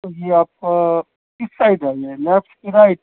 جی آپ کا کس سائڈ ہے یہ لیفٹ کی رائٹ